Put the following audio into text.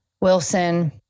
Wilson